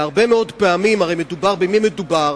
והרבה מאוד פעמים במי מדובר,